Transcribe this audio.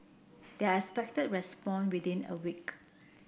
they are expected respond within a week